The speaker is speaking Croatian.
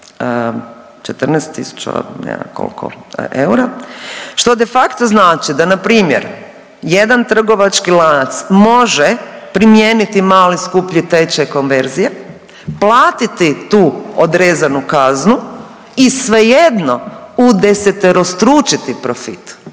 ne znam koliko eura što de facto znači da na primjer jedan trgovački lanac može primijeniti mali skuplji tečaj konverzije, platiti tu odrezanu kaznu i svejedno udeseterostručiti profit.